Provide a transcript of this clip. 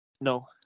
No